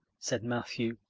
said matthew,